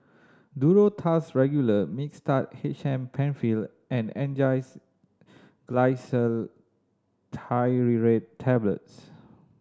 Duro Tuss Regular Mixtard H M Penfill and Angised Glyceryl Trinitrate Tablets